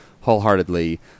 wholeheartedly